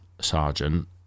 sergeant